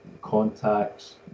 contacts